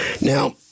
Now